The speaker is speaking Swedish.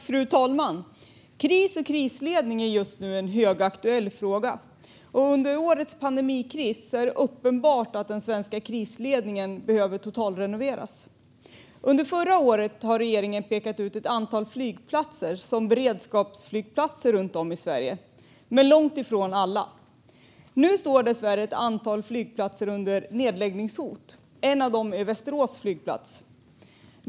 Fru talman! Kris och krisledning är just nu en högaktuell fråga. Under årets pandemikris har det blivit uppenbart att den svenska krisledningen behöver totalrenoveras. Under förra året pekade regeringen ut ett antal flygplatser runt om i Sverige som beredskapsflygplatser - men långt ifrån alla. Nu står dessvärre ett antal flygplatser under nedläggningshot. En av dem är Västerås flygplats.